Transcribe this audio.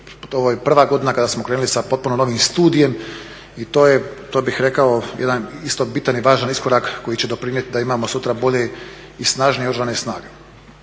ovo je prva godina kada smo krenuli sa potpuno novim studijem i to je ja bih rekao jedan isto bitan i važan iskorak koji će doprinijeti da imamo sutra bolje i snažnije oružane snage.